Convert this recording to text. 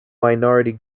minority